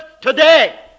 today